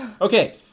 Okay